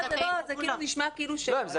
לא, זה נשמע כאילו --- לא, הם זכאים כמו כולם.